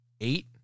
eight